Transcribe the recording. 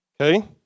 Okay